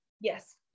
Yes